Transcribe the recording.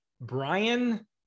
Brian